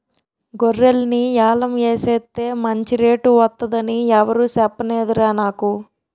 గొర్రెల్ని యాలం ఎసేస్తే మంచి రేటు వొత్తదని ఎవురూ సెప్పనేదురా నాకు